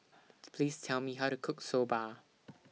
Please Tell Me How to Cook Soba